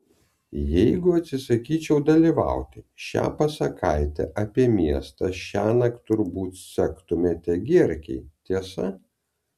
jeigu atsisakyčiau dalyvauti šią pasakaitę apie miestą šiąnakt turbūt sektumėte gierkei tiesa